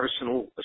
personal